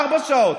ארבע שעות.